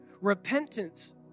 Repentance